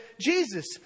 Jesus